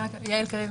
גם לדעתכם,